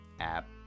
app